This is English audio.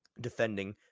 Defending